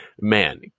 man